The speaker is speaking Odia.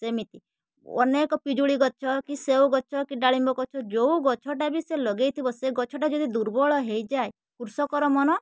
ସେମିତି ଅନେକ ପିଜୁଳି ଗଛ କି ସେଓ ଗଛ କି ଡାଳିମ୍ବ ଗଛ ଯେଉଁ ଗଛଟା ବି ସେ ଲଗାଇଥିବ ସେ ଗଛଟା ଯଦି ଦୁର୍ବଳ ହେଇଯାଏ କୃଷକର ମନ